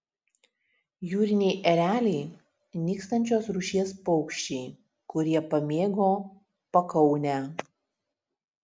jūriniai ereliai nykstančios rūšies paukščiai kurie pamėgo pakaunę